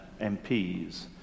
MPs